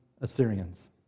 Assyrians